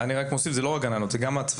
אני רק מוסיף, זה לא רק גננות, זה גם הצוותים.